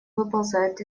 выползают